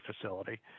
facility